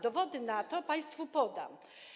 Dowody na to państwu podam.